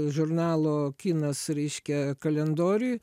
žurnalo kinas reiškia kalendoriui